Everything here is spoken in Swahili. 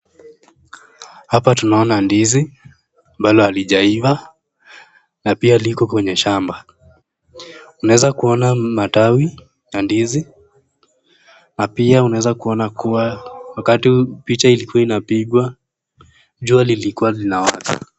Hapa tunaona ndizi ambalo halijaiva na pia liko kwenye shamba unaweza kuona matawi ya ndizi na pia unaweza kuona wakati picha hii ilikuwa inapigwa, jua lilikuwa linawaka.